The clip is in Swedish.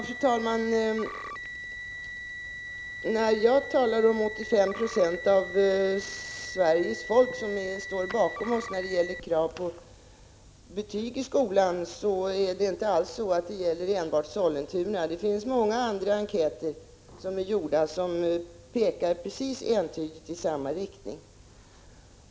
Fru talman! När jag säger att 85 90 av Sveriges folk står bakom oss då det gäller kravet på betyg i skolan, så är det inte alls fråga om enbart Sollentuna. Det finns många enkäter från andra håll som entydigt pekar i samma riktning.